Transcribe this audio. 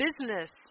business